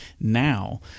now